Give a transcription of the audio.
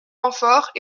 renforts